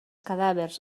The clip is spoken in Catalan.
cadàvers